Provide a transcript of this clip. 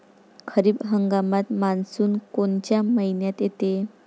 खरीप हंगामात मान्सून कोनच्या मइन्यात येते?